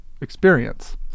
experience